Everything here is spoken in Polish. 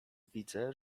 widzę